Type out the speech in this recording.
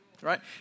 Right